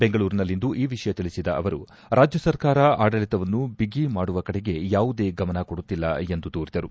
ಬೆಂಗಳೂರಿನಲ್ಲಿಂದು ಈ ವಿಷಯ ತಿಳಿಸಿದ ಅವರು ರಾಜ್ಯ ಸರ್ಕಾರ ಆಡಳಿತವನ್ನು ಬಿಗಿ ಮಾಡುವ ಕಡೆಗೆ ಯಾವುದೇ ಗಮನ ಕೊಡುತ್ತಿಲ್ಲ ಎಂದು ದೂರಿದರು